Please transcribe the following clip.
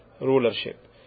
rulership